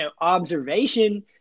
observation